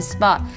Spot